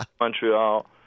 Montreal